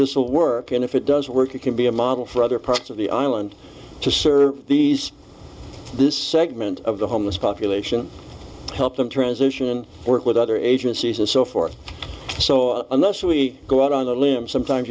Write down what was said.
will work and if it does work it can be a model for other parts of the island to serve these this segment of the homeless population help them transition work with other agencies and so forth so unless we go out on a limb sometimes